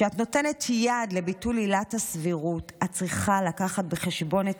כשאת נותנת יד לביטול עילת הסבירות את צריכה לקחת בחשבון את